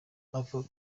avuga